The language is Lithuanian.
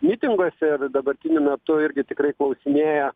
mitinguose ir dabartiniu metu irgi tikrai klausinėja